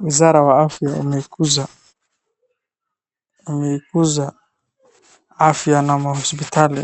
Wizara wa afya wameikuza afya na mahosipitali,